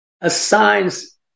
assigns